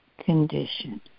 condition